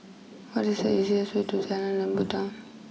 what is the easiest way to Jalan Lebat Daun